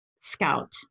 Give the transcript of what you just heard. scout